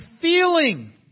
feeling